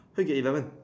how you get eleven